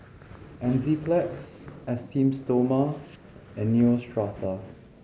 Enzyplex Esteem Stoma and Neostrata